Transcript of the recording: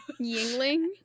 Yingling